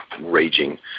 raging